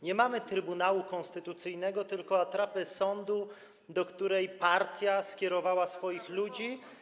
Nie mamy Trybunału Konstytucyjnego, tylko atrapę sądu, do której partia skierowała swoich ludzi.